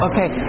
Okay